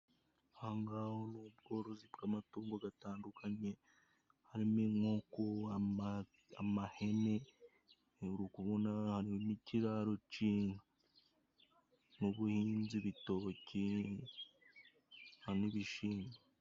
Ahangaho ni ubworozi bw'amatungo gatandukanye harimo inkoko, amahene, uri kubona hari n'kiraro c'inka. Mu buhinzi ibitoki, hari n'ibishimbo.